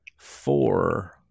four